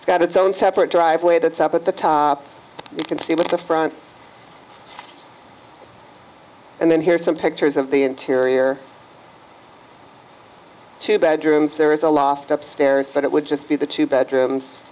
structure got its own separate driveway that's up at the top you can see that the front and then here are some pictures of the interior two bedrooms there is a lafayette up stairs but it would just be the two bedrooms